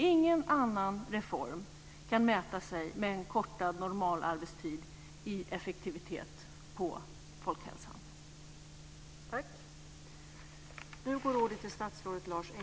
Ingen annan reform kan mäta sig med en kortad normalarbetstid i effektivitet på folkhälsan.